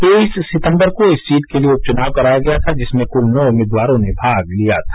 तेईस सितम्बर को इस सीट के लिए उप चुनाव कराया गया था जिसमें कुल नौ उम्मीदवारो ने भाग लिया था